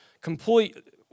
Complete